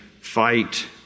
fight